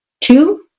two